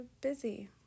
busy